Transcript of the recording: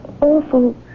awful